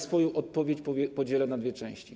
Swoją odpowiedź podzielę na dwie części.